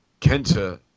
Kenta